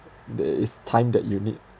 there is time that you need